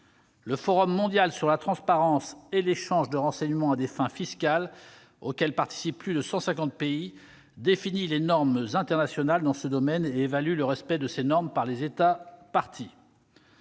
Le Forum mondial sur la transparence et l'échange de renseignements à des fins fiscales, auquel participent plus de 150 pays, définit les normes internationales dans ce domaine et évalue leur respect par les États parties.